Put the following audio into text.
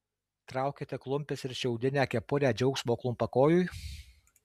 traukiate klumpes ir šiaudinę kepurę džiaugsmo klumpakojui